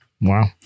wow